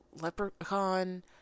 Leprechaun